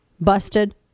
busted